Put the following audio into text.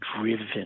driven